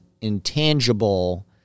intangible